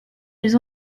les